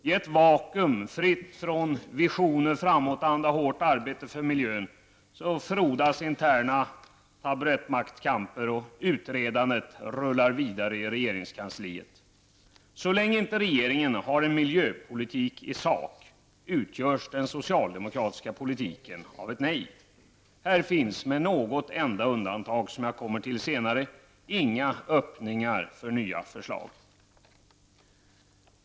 I ett vakuum fritt från visioner, framåtanda och hårt arbete för miljön frodas interna maktkamper, och utredandet rullar vidare i regeringskansliet. Så länge inte regeringen har en miljöpolitik i sak, utgörs den socialdemokratiska politiken av ett nej. Här finns med något enda undantag, som jag kommer till senare, inga öppningar för nya förslag.